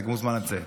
אתה מוזמן לצאת.